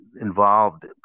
involved